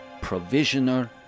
Provisioner